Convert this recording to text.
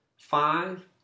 Five